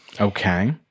Okay